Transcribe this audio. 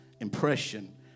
impression